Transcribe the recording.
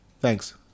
Thanks